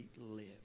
live